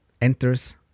enters